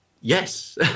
Yes